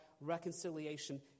reconciliation